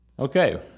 okay